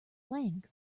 length